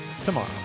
tomorrow